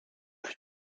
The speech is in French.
plus